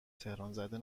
تهرانزده